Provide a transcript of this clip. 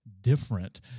different